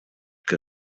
que